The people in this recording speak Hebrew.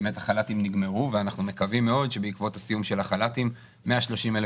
באמת החל"תים נגמרו ואנחנו מקווים מאוד שבעקבות הסיום של החל"תים 130,000